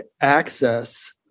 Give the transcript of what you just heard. access